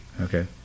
Okay